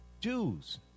Jews